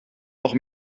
noch